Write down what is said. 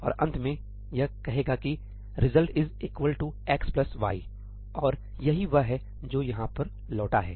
और अंत में यह कहेगा कि 'result is equal to x plus y और यही वह है जो यहाँ पर लौटा है